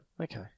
Okay